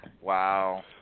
Wow